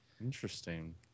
Interesting